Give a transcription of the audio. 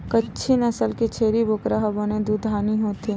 कच्छी नसल के छेरी बोकरा ह बने दुहानी होथे